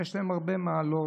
יש להן הרבה מעלות.